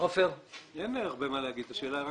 אין הרבה מה לומר.